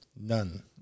None